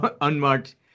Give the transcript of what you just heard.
unmarked